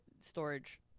storage